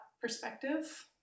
perspective